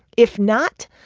if not,